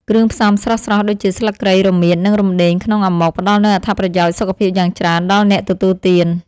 គ្រឿងផ្សំស្រស់ៗដូចជាស្លឹកគ្រៃ រមៀត និងរំដេងក្នុងអាម៉ុកផ្តល់នូវអត្ថប្រយោជន៍សុខភាពយ៉ាងច្រើនដល់អ្នកទទួលទាន។